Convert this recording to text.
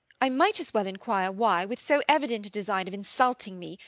i might as well inquire why, with so evident a design of insulting me,